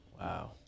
wow